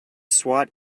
swat